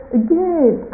again